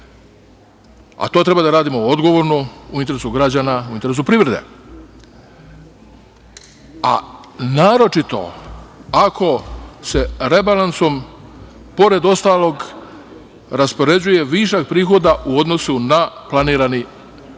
a to treba da radimo odgovorno, u interesu građana, u interesu privrede, a naročito ako se rebalansom, pored ostalog, raspoređuje višak prihoda u odnosu na planirani prihod.